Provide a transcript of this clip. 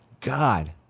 God